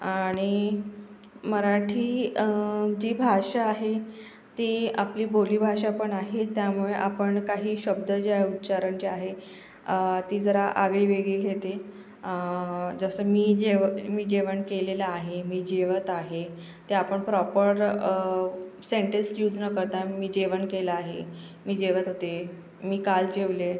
आणि मराठी जी भाषा आहे ती आपली बोलीभाषा पण आहे त्यामुळे आपण काही शब्द ज्या उच्चारांचे आहे ती जरा आगळीवेगळी होते जसं मी जेवं मी जेवण केलेलं आहे मी जेवत आहे ते आपण प्रॉपर सेंटेस यूज न करता मी जेवण केलं आहे मी जेवत होते मी काल जेवले